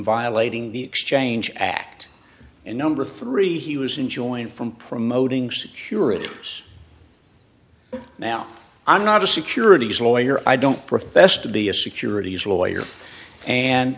violating the exchange act and number three he was enjoined from promoting securities now i'm not a securities lawyer i don't profess to be a securities lawyer and